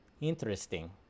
interesting